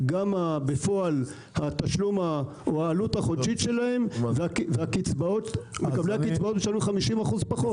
בפועל ירדה העלות החודשית שלהם ומקבלי הקצבאות משלמים 50 אחוזים פחות.